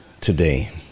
today